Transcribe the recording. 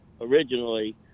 originally